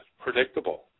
predictable